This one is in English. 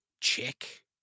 chick